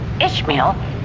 Ishmael